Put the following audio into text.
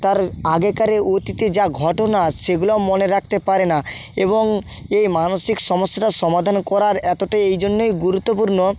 তার আগেকারে অতীতে যা ঘটনা সেগুলো মনে রাখতে পারে না এবং এই মানসিক সমস্যার সমাধান করার এতটাই এই জন্যেই গুরুত্বপূর্ণ